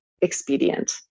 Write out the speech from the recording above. expedient